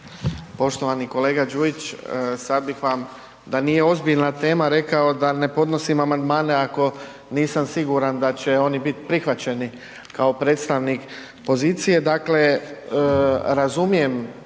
Poštovani kolega Đujić, sad bih vam da nije ozbiljna tema rekao da ne podnosim amandmane ako nisam siguran da će oni biti prihvaćeni kao predstavnik pozicije.